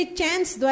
chance